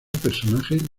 personaje